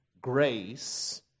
grace